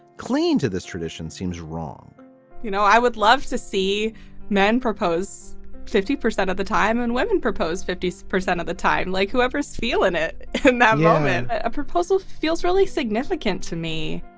clean to this tradition seems wrong you know, i would love to see men propose fifty percent of the time when women propose fifty so percent of the time. like whoever is feeling it, and that moment, a proposal feels really significant to me.